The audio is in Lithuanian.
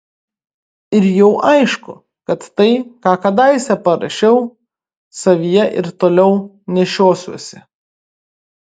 ir jau aišku kad tai ką kadaise parašiau savyje ir toliau nešiosiuosi